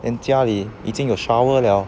then 家里已经 shower liao